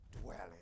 dwelling